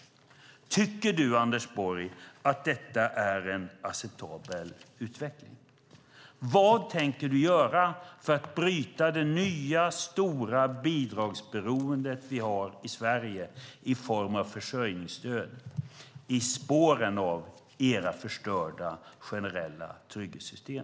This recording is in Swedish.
Tycker du, Anders Borg, att det är en acceptabel utveckling? Vad tänker du göra för att bryta det nya stora bidragsberoende vi har i Sverige i form av försörjningsstöd i spåren av era förstörda generella trygghetssystem?